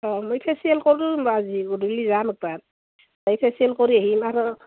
অঁ মই ফেচিয়েল কৰোঁ ৰ'বা আজি গধূলি যাম এপাক এই ফেচিয়েল কৰি আহিম আৰু